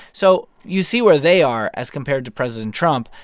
so you see where they are as compared to president trump.